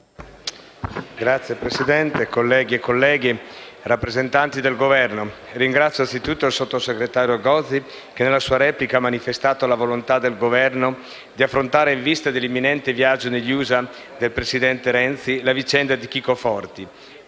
colleghi e colleghe, onorevoli rappresentanti del Governo, ringrazio innanzitutto il sottosegretario Gozi che nella sua replica ha manifestato la volontà del Governo di affrontare, in vista dell'imminente viaggio negli USA del presidente Renzi, la vicenda di Chico Forti.